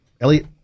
Elliot